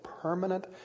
permanent